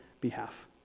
behalf